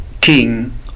King